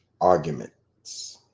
arguments